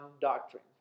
doctrine